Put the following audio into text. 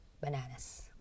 bananas